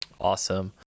Awesome